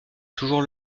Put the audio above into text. toujours